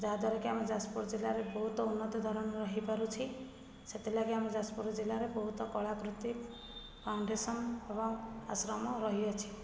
ଯାହାଦ୍ଵାରା କି ଆମ ଯାଜପୁର ଜିଲ୍ଲାରେ ବହୁତ ଉନ୍ନତି ଧରଣର ହେଇପାରୁଛି ସେଥିଲାଗି ଆମ ଯାଜପୁର ଜିଲ୍ଲାରେ ବହୁତ କଳାକୃତି ଫାଉଣ୍ଡେସନ୍ ଏବଂ ଆଶ୍ରମ ରହିଅଛି ସୁ